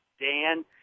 Dan